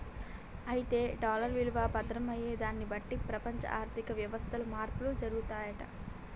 అయితే డాలర్ విలువ పతనం అయ్యేదాన్ని బట్టి ప్రపంచ ఆర్థిక వ్యవస్థలు మార్పులు జరుపుతాయంట